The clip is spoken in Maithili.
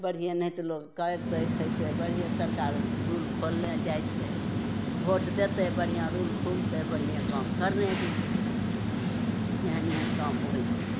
बढ़िये नहि तऽ लोक कैरतै खैतै बढ़िये सरकार रूल खोलने जाइ छै भोट देतै बढ़िऑं रूल खुलतै बढ़िये काम करने जेतै एहन एहन काम होइ छै